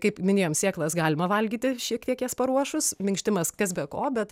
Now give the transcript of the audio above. kaip minėjom sėklas galima valgyti šiek tiek jas paruošus minkštimas kas be ko bet